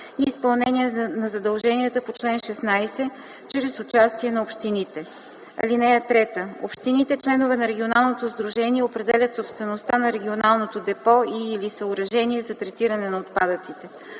и изпълнение на задълженията по чл. 16 чрез участие на общините. (3) Общините – членове на регионално сдружение, определят собствеността на регионалното депо и/или съоръжение за третиране на отпадъците.